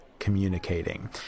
Communicating